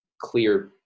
clear